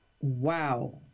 Wow